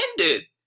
ended